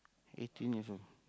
eighteen years old